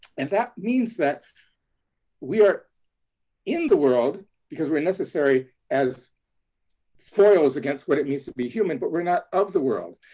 and that means that we are in the world, because we're necessary as foils against what it means to be human, but we're not of the world.